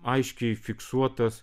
aiškiai fiksuotas